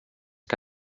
que